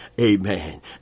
Amen